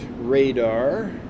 Radar